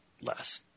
less